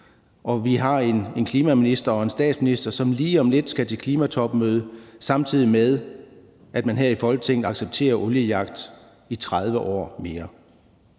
og vi har en klimaminister og en statsminister, som lige om lidt skal til klimatopmøde, samtidig med at man her i Folketinget accepterer oliejagt i 30 år mere.